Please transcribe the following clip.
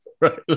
right